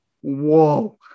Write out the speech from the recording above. whoa